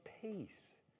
peace